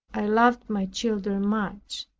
i loved my children much,